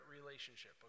relationship